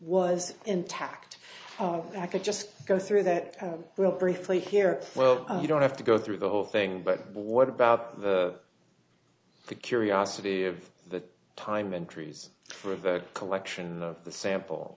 was intact i could just go through that real briefly here well you don't have to go through the whole thing but what about the curiosity of the time entries for the collection of the sample